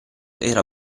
era